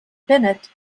bennett